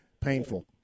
painful